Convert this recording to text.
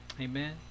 amen